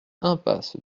impasse